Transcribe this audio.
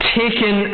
taken